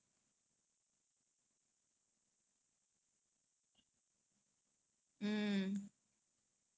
I I like adhitya roy kapoor um